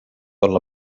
olla